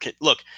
look